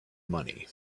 money